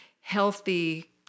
healthy